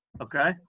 Okay